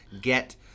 get